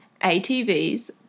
ATVs